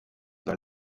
par